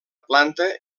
planta